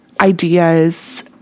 ideas